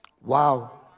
Wow